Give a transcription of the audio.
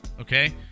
Okay